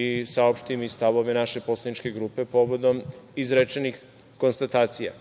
i saopštim i stavove naše poslaničke grupe pogledom izrečenih konstatacija.